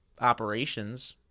operations